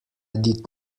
did